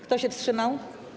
Kto się wstrzymał?